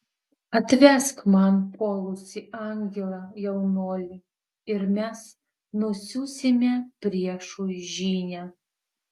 atvesk man puolusį angelą jaunuoli ir mes nusiųsime priešui žinią